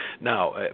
Now